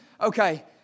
Okay